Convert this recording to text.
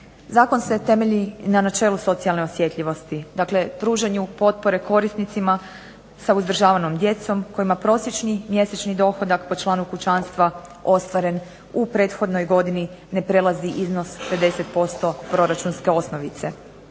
Zakon se temelji na načelu socijalne osjetljivosti, znači pružanju potpore korisnicima, sa uzdržavanom djecom kojima prosječni mjesečni dohodak po članku kućanstva ostvaren u prethodnoj godini ne prelazi iznos 50% proračunske osnovice.